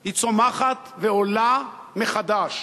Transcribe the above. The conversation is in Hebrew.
היא צומחת ועולה מחדש,